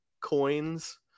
coins